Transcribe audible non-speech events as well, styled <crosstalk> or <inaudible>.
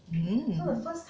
<noise>